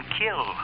kill